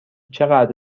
چقدر